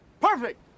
perfect